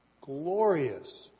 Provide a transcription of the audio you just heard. glorious